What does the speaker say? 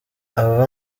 abava